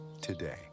today